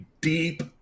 Deep